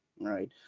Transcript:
right